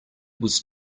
was